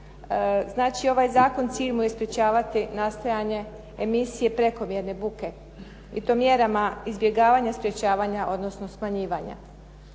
Znači, ovaj zakon cilj mu je sprečavati nastajanje emisije prekomjerne buke i to mjerama izbjegavanja sprečavanja, odnosno smanjivanja.